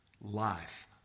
life